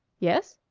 yes?